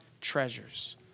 treasures